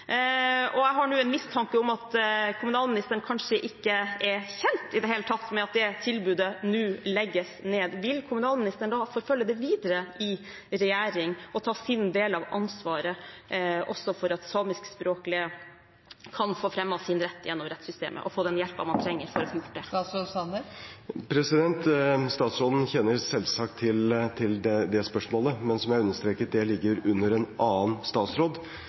Jeg har en mistanke om at kommunalministeren kanskje ikke er kjent i det hele tatt med at dette tilbudet nå legges ned. Vil kommunalministeren forfølge dette videre i regjeringen og ta sin del av ansvaret for at også samiskspråklige kan få fremmet sin rett gjennom rettssystemet, og få den hjelpen man trenger for å få gjort det? Statsråden kjenner selvsagt til det spørsmålet, men, som jeg understreket, det ligger under en annen statsråd.